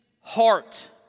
heart